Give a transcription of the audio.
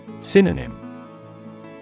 Synonym